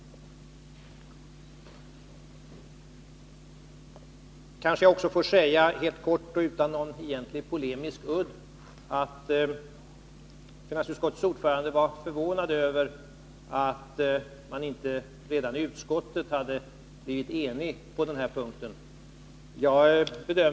Jag noterar också helt kort, och utan någon egentlig polemisk udd, att finansutskottets ordförande var förvånad över att man inte redan i utskottet hade blivit enig på denna punkt.